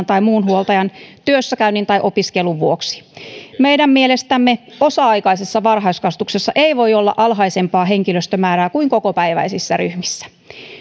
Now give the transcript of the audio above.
tai muun huoltajan työssäkäynnin tai opiskelun vuoksi meidän mielestämme osa aikaisessa varhaiskasvatuksessa ei voi olla alhaisempaa henkilöstömäärää kuin kokopäiväisissä ryhmissä